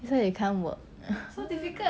that's why you can't work !hais!